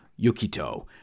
Yukito